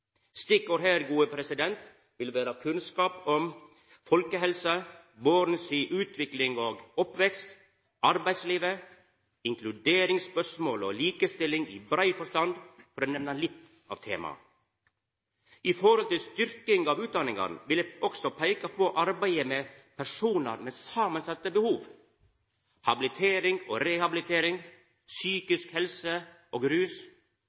Stikkord her vil vera kunnskap om folkehelse, born si utvikling og oppvekst, arbeidsliv, inkluderingsspørsmål og likestilling i brei forstand, for å nemna litt av temaet. Når det gjeld styrking av utdanningane, vil eg også peika på arbeidet med personar med samansette behov: habilitering og rehabilitering, psykisk helse og rus,